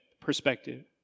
perspective